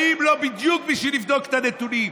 האם לא בדיוק בשביל לבדוק את הנתונים?